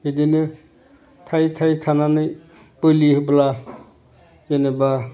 बिदिनो थायै थायै थानानै बोलि होब्ला जेनोबा